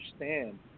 understand